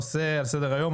הנושא על סדר-היום,